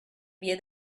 vie